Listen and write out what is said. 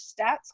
stats